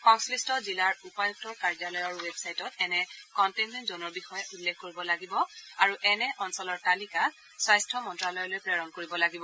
সংশ্লিষ্ট জিলাৰ উপায়ুক্তৰ কাৰ্যালয়ৰ ৱেবছাইটত এনে কনটেইনমেণ্ট জ'নৰ বিষয়ে উল্লেখ কৰিব লাগিব আৰু এনে অঞ্চলৰ তালিকা স্বাস্থ্য মন্ত্ৰ্যালয়লৈ প্ৰেৰণ কৰিব লাগিব